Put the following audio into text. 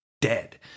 dead